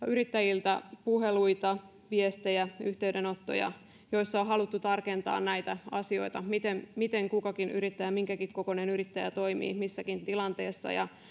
yrittäjiltä puheluita viestejä yhteydenottoja joissa on haluttu tarkentaa näitä asioita miten miten kukakin yrittäjä minkäkin kokoinen yrittäjä toimii missäkin tilanteessa ja